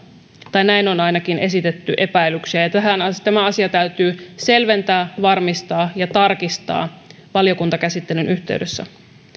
tai on ainakin esitetty tällaisia epäilyksiä ja tämä asia täytyy selventää varmistaa ja tarkistaa valiokuntakäsittelyn yhteydessä